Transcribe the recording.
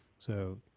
so,